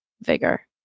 vigor